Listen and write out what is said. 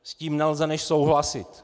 S tím nelze než souhlasit.